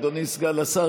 אדוני סגן השר,